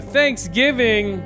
Thanksgiving